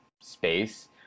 space